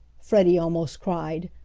freddie almost cried.